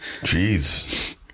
Jeez